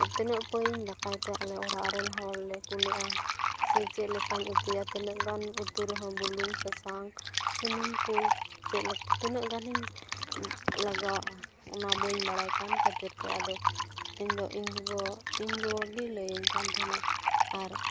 ᱛᱤᱱᱟᱹᱜ ᱯᱟᱹᱭᱤᱧ ᱫᱟᱠᱟᱭ ᱛᱮ ᱟᱞᱮ ᱚᱲᱟᱜ ᱮᱱ ᱦᱚᱲ ᱞᱮ ᱠᱩᱞᱟᱹᱜᱼᱟ ᱥᱮ ᱪᱮᱫ ᱞᱮᱠᱟᱧ ᱩᱛᱩᱭᱟ ᱛᱤᱱᱟᱹᱜ ᱜᱟᱱ ᱩᱛᱩ ᱨᱮᱦᱚᱸ ᱵᱩᱞᱩᱝ ᱥᱟᱥᱟᱝ ᱥᱩᱱᱩᱢ ᱠᱚ ᱪᱮᱫ ᱠᱟ ᱛᱤᱱᱟᱹᱜ ᱜᱟᱱ ᱤᱧ ᱞᱟᱜᱟᱣᱟᱜᱼᱟ ᱚᱱᱟ ᱵᱟᱹᱧ ᱵᱟᱲᱟᱭ ᱠᱟᱱ ᱠᱷᱟᱹᱛᱤᱨ ᱛᱮ ᱟᱫᱚ ᱤᱧᱫᱚ ᱤᱧ ᱜᱚᱜᱚ ᱤᱧ ᱜᱚᱜᱚ ᱜᱮ ᱞᱟᱹᱭᱟᱹᱧ ᱠᱟᱱ ᱛᱟᱦᱮᱱᱟ ᱟᱨ